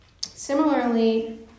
Similarly